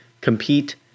compete